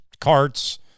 carts